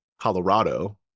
Colorado